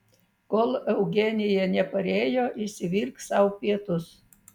kol eugenija neparėjo išsivirk sau pietus